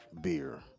beer